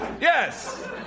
Yes